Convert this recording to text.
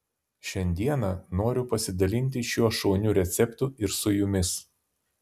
šiandieną noriu pasidalinti šiuo šauniu receptu ir su jumis